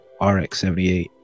RX-78